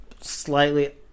slightly